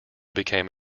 became